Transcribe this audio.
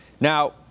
Now